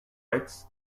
writes